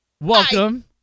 welcome